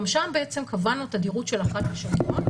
גם שם קבענו תדירות של אחת לשבוע.